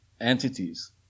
entities